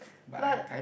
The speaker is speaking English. but